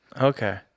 Okay